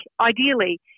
ideally